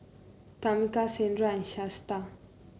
Tamica Sandra and Shasta